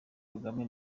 kagame